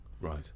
Right